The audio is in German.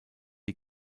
die